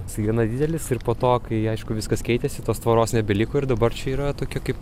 jisai gana didelis ir po to kai aišku viskas keitėsi tos tvoros nebeliko ir dabar čia yra tokia kaip